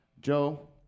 Joe